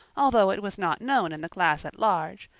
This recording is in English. although it was not known in the class at large,